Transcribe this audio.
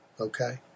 okay